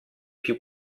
più